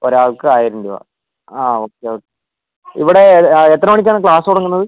ഒരാൾക്ക് ആയിരം രൂപ ആ ഓക്കെ ഓക്കെ ഇവിടെ എത്ര മണിക്കാണ് ക്ലാസ് തുടങ്ങുന്നത്